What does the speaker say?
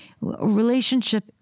Relationship